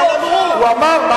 אבל אמרו, אמרו.